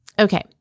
Okay